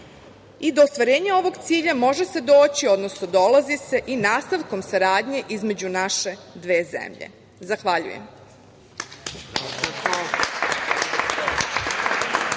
i do ostvarenja ovog cilja može se doći, odnosno dolazi se i nastavkom saradnje između naše dve zemlje. Zahvaljujem.